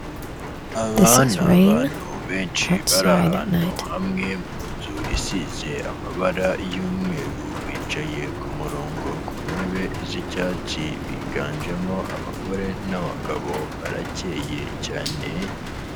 Aba ni abantu benshi bari ahantu hamwe mu nzu isize amabara y'umweru, bicaye ku murongo ku ntebe z'icyatsi, biganjemo abagore n'abagabo, barakeye cyane.